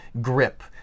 grip